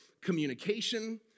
communication